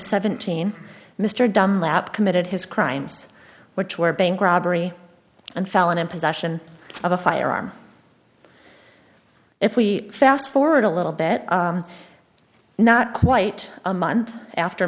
seventeen mr dunlap committed his crimes which were bank robbery and felon in possession of a firearm if we fast forward a little bit not quite a month after